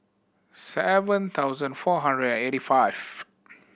seven thousand four hundred and eighty five